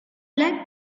like